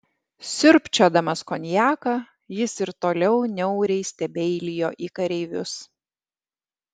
siurbčiodamas konjaką jis ir toliau niauriai stebeilijo į kareivius